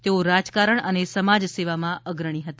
તેઓ રાજકારણ અને સમાજસેવામાં અગ્રણી હતા